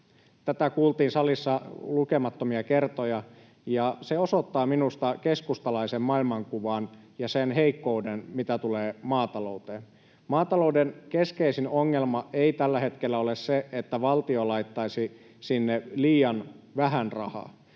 Tätä kuultiin salissa lukemattomia kertoja, ja se osoittaa minusta keskustalaisen maailmankuvan ja sen heikkouden, mitä tulee maatalouteen. Maatalouden keskeisin ongelma ei tällä hetkellä ole se, että valtio laittaisi sinne liian vähän rahaa.